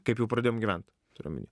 kaip jau pradėjom gyvent turiu omeny